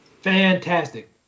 Fantastic